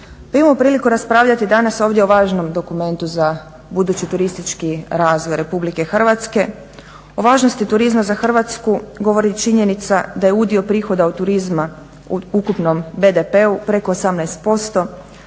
Imamo priliku raspravljati danas ovdje o važnom dokumentu za budući turistički razvoj RH, o važnosti turizma za Hrvatsku govori i činjenica da je udio prihoda od turizma u ukupnom BDP-u preko 18%,